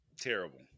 Terrible